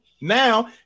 Now